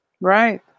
Right